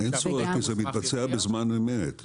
אין צורך כי זה מתבצע בזמן אמת.